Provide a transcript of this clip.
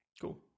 Cool